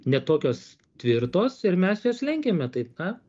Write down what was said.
ne tokios tvirtos ir mes juos lenkiame tai na